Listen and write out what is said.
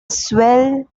swell